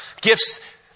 Gifts